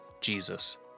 Jesus